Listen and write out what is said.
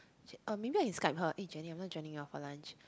uh maybe I Skype her eh Jenny I'm not joining you all for lunch